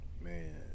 Man